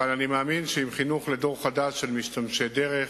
אבל אני מאמין שעם חינוך דור חדש של משתמשי דרך,